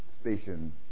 station